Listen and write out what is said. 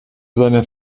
seiner